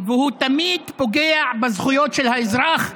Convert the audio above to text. והוא תמיד פוגע בזכויות של האזרח,